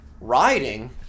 riding